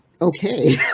Okay